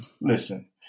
Listen